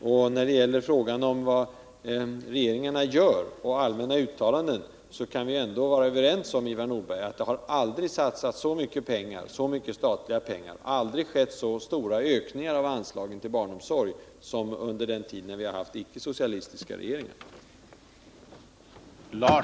Som svar på frågan vad regeringen gör mer än att komma med allmänna uttalanden vill jag svara att vi väl ändå kan vara överens om, Ivar Nordberg, att det aldrig tidigare har satsats så mycket statliga pengar och aldrig tidigare skett så stora ökningar av anslagen till barnomsorg som under den tid vårt land har haft icke-socialistiska regeringar.